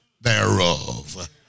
thereof